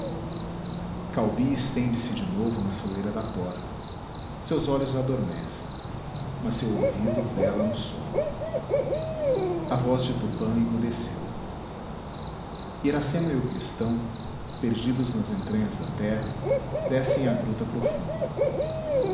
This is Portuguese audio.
caubi estende-se de novo na soleira da porta seus olhos adormecem mas seu ouvido vela no sono a voz de tupã emudeceu iracema e o cristão perdidos nas entranhas da terra descem a gruta profunda